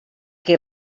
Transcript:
qui